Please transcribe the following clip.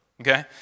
Okay